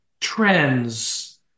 trends